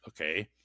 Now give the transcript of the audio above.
okay